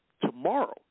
Tomorrow